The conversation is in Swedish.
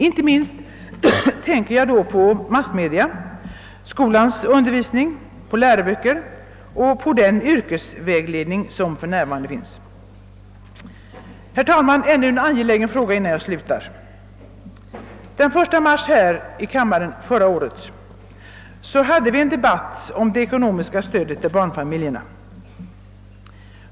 Inte minst tänkker jag då på massmedia, på skolans undervisning, på läroböcker och på den yrkesvägledning som för närvarande finns. Herr talman! Ännu en angelägen fråga innan jag slutar. Den 1 mars förra året hade vi här i kammaren en debatt om det ekonomiska stödet till barnfamiljerna.